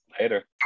later